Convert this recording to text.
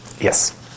Yes